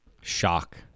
Shock